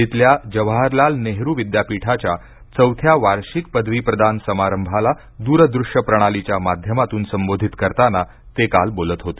दिल्लीतल्या जवाहरलाल नेहरू विद्यापीठाच्या चौथ्या वार्षिक पदवी प्रदान समारंभाला दूरदृष्य प्रणालीच्या माध्यमातून संबोधित करताना ते काल बोलत होते